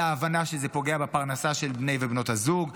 ההבנה שזה פוגע בפרנסה של בני ובנות הזוג,